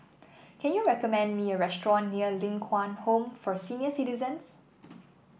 can you recommend me a restaurant near Ling Kwang Home for Senior Citizens